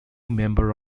member